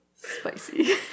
Spicy